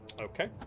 Okay